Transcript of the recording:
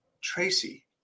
Tracy